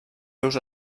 seus